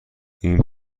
این